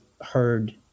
heard